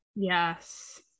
Yes